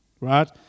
right